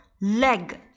leg